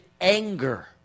anger